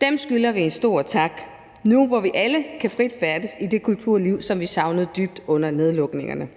Dem skylder vi en stor tak nu, hvor vi alle frit kan færdes i det kulturliv, som vi savnede dybt under nedlukningerne.